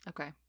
okay